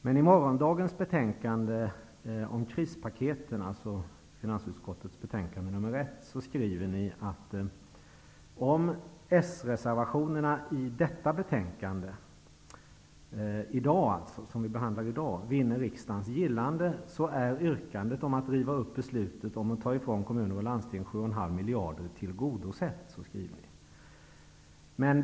Men i betänkandet om krispaketen som skall debatteras i morgon, dvs. finansutskottets betänkande nr 1, skriver ni, att om sreservationerna i det betänkande som vi behandlar i dag vinner riksdagens gillande, är yrkandet om att riva upp beslutet om att ta ifrån kommuner och landsting 7,5 miljarder tillgodosett.